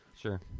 Sure